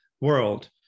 World